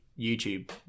youtube